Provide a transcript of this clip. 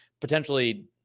potentially